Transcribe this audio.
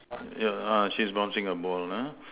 yeah uh she's bouncing a ball uh